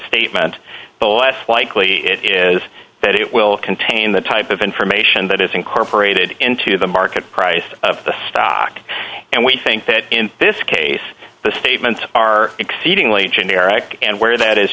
statement the less likely it is that it will contain the type of information that is incorporated into the market price of the stock and we think that in this case the statements are exceedingly generic and where that is